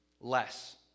less